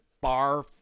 bar